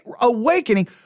awakening